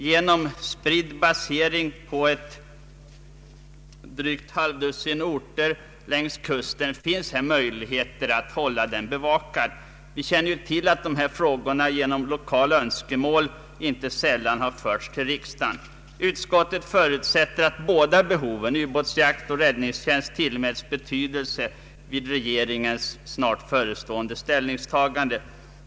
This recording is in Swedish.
Genom spridd basering på ett drygt halvdussin orter längs kusten finns möjlighet att hålla denna bevakad. Vi känner till att dessa frågor genom lokala önskemål inte sällan har förts till riksdagen. Utskottet förutsätter att båda behoven — ubåtsjakt och räddningstjänst — tillmäts betydelse vid regeringens snart förestående ställningstagande.